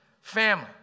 family